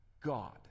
God